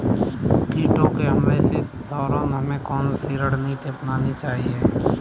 कीटों के हमलों के दौरान हमें कौन सी रणनीति अपनानी चाहिए?